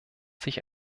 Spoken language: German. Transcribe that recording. sich